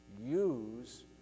use